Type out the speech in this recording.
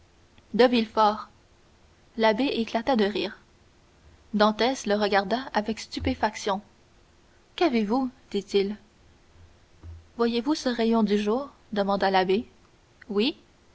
de villefort l'abbé éclata de rire dantès le regarda avec stupéfaction qu'avez-vous dit-il voyez-vous ce rayon du jour demanda l'abbé oui